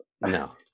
No